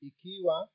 Ikiwa